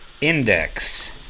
Index